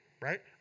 right